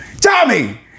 Tommy